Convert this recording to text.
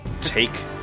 take